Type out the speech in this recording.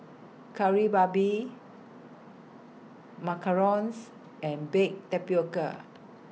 Kari Babi Macarons and Baked Tapioca